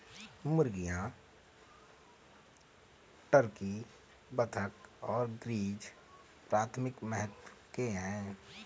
मुर्गियां, टर्की, बत्तख और गीज़ प्राथमिक महत्व के हैं